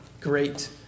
great